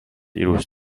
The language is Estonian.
ilus